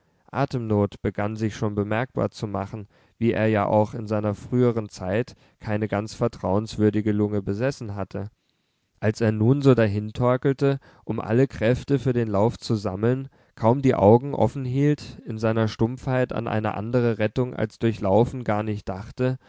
atemnot begann sich schon bemerkbar zu machen wie er ja auch in seiner früheren zeit keine ganz vertrauenswürdige lunge besessen hatte als er nun so dahintorkelte um alle kräfte für den lauf zu sammeln kaum die augen offenhielt in seiner stumpfheit an eine andere rettung als durch laufen gar nicht dachte